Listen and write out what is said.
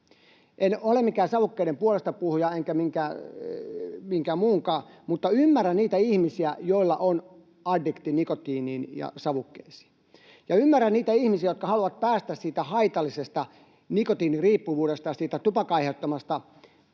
En ole mikään savukkeiden puolestapuhuja enkä minkään muunkaan, mutta ymmärrän niitä ihmisiä, joilla on addiktio nikotiiniin ja savukkeisiin. Ja ymmärrän niitä ihmisiä, jotka haluavat päästä siitä haitallisesta nikotiiniriippuvuudesta ja tupakan aiheuttamasta